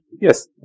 yes